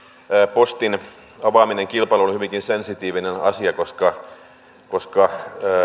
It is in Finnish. postin avaaminen kilpailulle on hyvinkin sensitiivinen asia koska koska